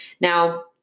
Now